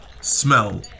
Smell